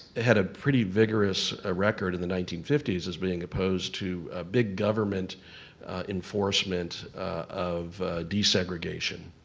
had a pretty vigorous ah record in the nineteen fifty s as being opposed to a big government enforcement of desegregation.